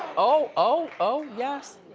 oh, oh, oh, yes.